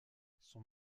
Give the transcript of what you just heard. son